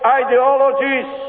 ideologies